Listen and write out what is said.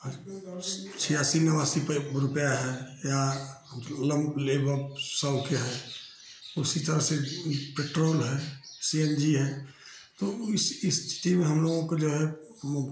आज सि छियासी नवासी पे रुपया है या सौ के है उसी तरह से पेट्रोल है सी एन जी है तो इस स्थिति में हम लोगों को जो है मो